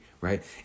right